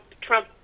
Trump